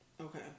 Okay